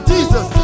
Jesus